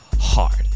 hard